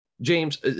James